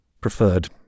preferred